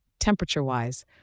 temperature-wise